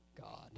God